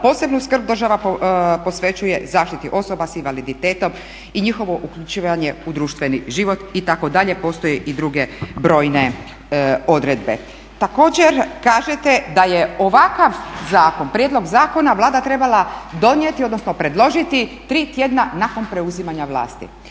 posebnu skrb država posvećuje zaštiti osoba s invaliditetom i njihovo uključivanje u društveni život, itd. Postoje i druge brojne odredbe. Također, kažete da je ovakav prijedlog zakona Vlada trebala donijeti odnosno predložiti tri tjedna nakon preuzimanja vlasti.